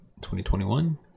2021